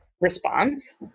response